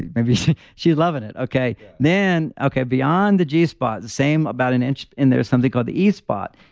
maybe she's loving it. okay, then, okay, beyond the g spot, the same about an inch in there is something called the e spot.